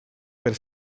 per